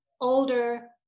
older